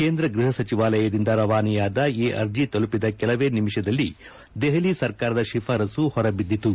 ಕೇಂದ ಗ್ವಹ ಸಚಿವಾಲಯದಿಂದ ರವಾನೆಯಾದ ಈ ಅರ್ಜಿ ತಲುಪಿದ ಕೆಲವೇ ನಿಮಿಷದಲ್ಲಿ ದೆಹಲಿ ಸರ್ಕಾರದ ಶಿಫಾರಸ್ಸು ಹೊರಬಿದ್ದಿತು